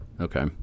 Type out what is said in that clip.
Okay